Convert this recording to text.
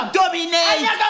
dominate